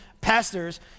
pastors